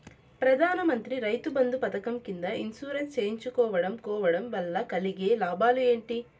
ప్రధాన మంత్రి రైతు బంధు పథకం కింద ఇన్సూరెన్సు చేయించుకోవడం కోవడం వల్ల కలిగే లాభాలు ఏంటి?